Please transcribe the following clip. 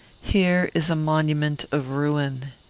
here is a monument of ruin.